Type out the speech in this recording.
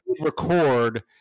record